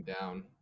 down